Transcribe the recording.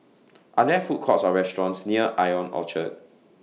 Are There Food Courts Or restaurants near I O N Orchard